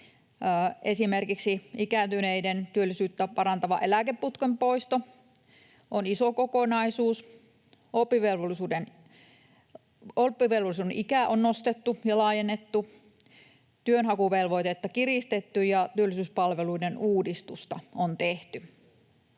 Esimerkiksi ikääntyneiden työllisyyttä parantava eläkeputken poisto on iso kokonaisuus. Oppivelvollisuuden ikää on nostettu ja laajennettu, työnhakuvelvoitetta on kiristetty ja työllisyyspalveluiden uudistusta tehty.